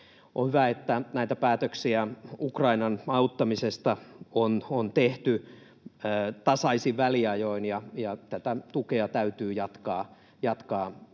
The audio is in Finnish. On hyvä, että näitä päätöksiä Ukrainan auttamisesta on tehty tasaisin väliajoin, ja tätä tukea täytyy jatkaa